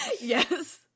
Yes